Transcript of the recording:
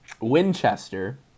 Winchester